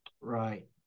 Right